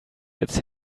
its